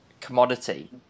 commodity